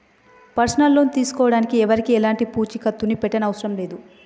personal loan తీసుకోడానికి ఎవరికీ ఎలాంటి పూచీకత్తుని పెట్టనవసరం లేదు